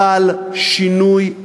חל שינוי,